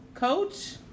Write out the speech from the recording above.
Coach